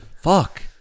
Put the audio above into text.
Fuck